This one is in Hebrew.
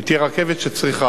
היא תהיה רכבת שצריכה,